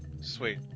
sweet